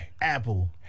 apple